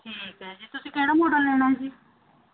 ਠੀਕ ਹੈ ਜੀ ਤੁਸੀਂ ਕਿਹੜਾ ਮੋਡਲ ਲੈਣਾ ਹੈ ਜੀ